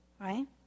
right